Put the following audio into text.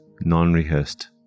non-rehearsed